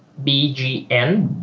b g n